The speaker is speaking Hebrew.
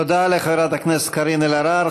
תודה לחברת הכנסת קארין אלהרר.